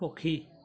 ପକ୍ଷୀ